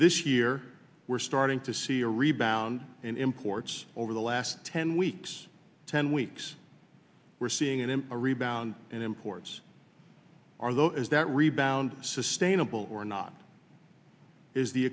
this year we're starting to see a rebound in imports over the last ten weeks ten weeks we're seeing it in a rebound in imports are the is that rebound sustainable or not is the